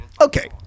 okay